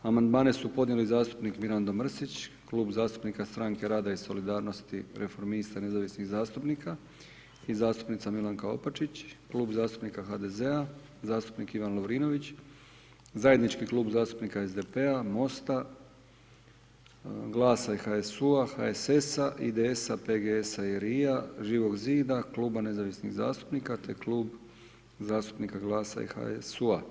Amandmane su podnijeli zastupnik Mirando Mrsić, klub zastupnika Stranke rada i solidarnosti, reformista i nezavisnih zastupnika i zastupnica Milanka Opačić, klub zastupnika HDZ-a, zastupnik Ivan Lovrinović, zajednički klub zastupnika SDP-a, MOST-a, Glasa i HSU-a, HSS-a, IDS-PGS-RI-a, Živog zida, kluba Nezavisnih zastupnika, te klub zastupnika Glasa i HSU-a.